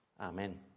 Amen